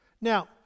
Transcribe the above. Now